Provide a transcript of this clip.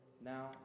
now